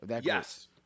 Yes